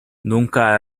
nunca